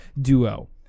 duo